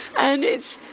and it's,